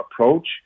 approach